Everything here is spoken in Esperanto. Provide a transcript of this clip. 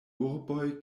urboj